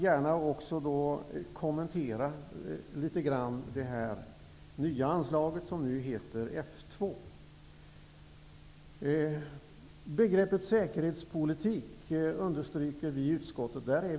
Jag vill gärna kommentera det nya anslag som heter F 2. När det gäller begreppet säkerhetspolitik är utskottet enigt.